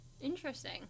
Interesting